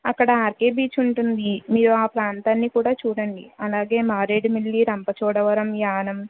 అక్కడ R K beach ఉంటుంది మీరు ఆ ప్రాంతాన్ని కూడా చూడండి అలాగే మారేడుమిల్లి రంపచోడవరం యానాం